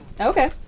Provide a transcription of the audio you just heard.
Okay